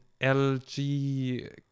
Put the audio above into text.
LG